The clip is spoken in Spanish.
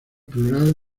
plural